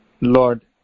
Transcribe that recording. Lord